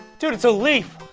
dude, it's a leaf.